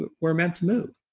but we're meant to move.